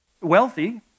Wealthy